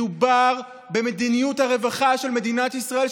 מדובר במדיניות הרווחה של מדינת ישראל,